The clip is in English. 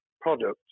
products